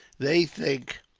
they think,